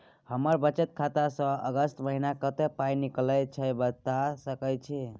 हमर बचत खाता स अगस्त महीना कत्ते पाई निकलल छै बता सके छि?